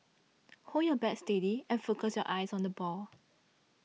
hold your bat steady and focus your eyes on the ball